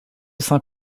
saint